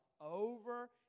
over